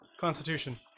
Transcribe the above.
Constitution